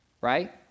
right